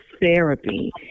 therapy